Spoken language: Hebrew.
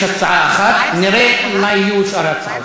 יש הצעה אחרת, נראה מה יהיו שאר ההצעות.